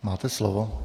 Máte slovo.